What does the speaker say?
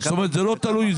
זאת אומרת, זה לא תלוי.